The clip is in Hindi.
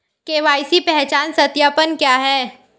के.वाई.सी पहचान सत्यापन क्या है?